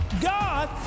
God